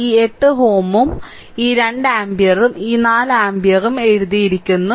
ഈ 8Ω ഉം ഈ 2 ആമ്പിയറും ഈ 4 ആമ്പിയറും എഴുതിയിരിക്കുന്നു